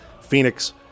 Phoenix